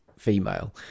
female